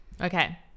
Okay